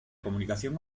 comunicación